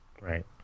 Right